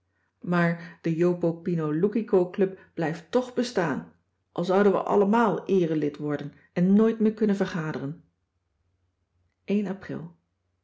maar de jopopinoloukicoclub blijft toch bestaan al zouden we allemaal eere lid worden en nooit meer kunnen vergaderen pril